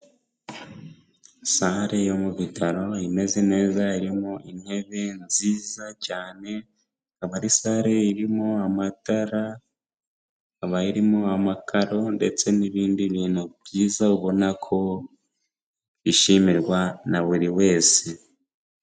Sale yo mu bitaro imeze neza irimo intebe nziza cyane, akaba ari sale irimo amatara, ikaba irimo amakaro ndetse n'ibindi bintu byiza ubona ko byishimirwa na buri wese.